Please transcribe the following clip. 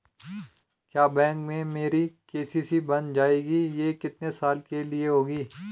क्या बैंक में मेरी के.सी.सी बन जाएगी ये कितने साल के लिए होगी?